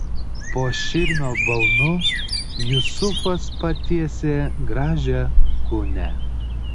po širmio balnu jusufas patiesė gražią gūnią